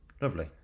lovely